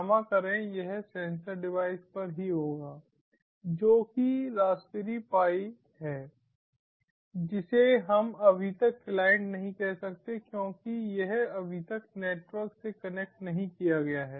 क्षमा करें यह सेंसर डिवाइस पर ही होगा जो कि रासबेरी पाई है जिसे हम अभी तक क्लाइंट नहीं कह सकते क्योंकि यह अभी तक नेटवर्क से कनेक्ट नहीं किया गया है